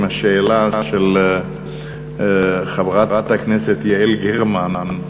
עם השאלה של חברת הכנסת יעל גרמן.